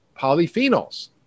polyphenols